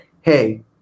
hey